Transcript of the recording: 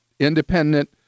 independent